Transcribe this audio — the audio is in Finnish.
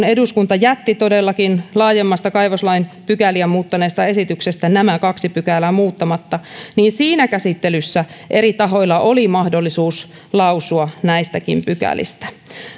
eduskunta todellakin jätti laajemmasta kaivoslain pykäliä muuttaneesta esityksestä nämä kaksi pykälää muuttamatta niin siinä käsittelyssä eri tahoilla oli mahdollisuus lausua näistäkin pykälistä